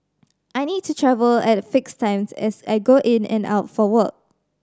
I need to travel at fixed times as I go in and out for work